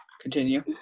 Continue